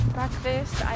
breakfast